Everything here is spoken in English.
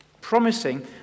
Promising